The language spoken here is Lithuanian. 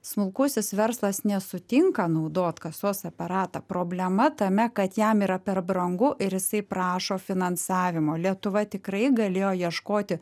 smulkusis verslas nesutinka naudot kasos aparatą problema tame kad jam yra per brangu ir jisai prašo finansavimo lietuva tikrai galėjo ieškoti